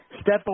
step